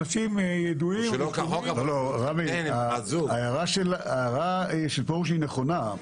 רמי, ההערה של פרוש נכונה.